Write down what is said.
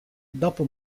dopo